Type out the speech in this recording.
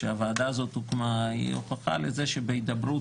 ושהוועדה הזאת הוקמה היא הוכחה לזה שבהידברות